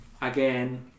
again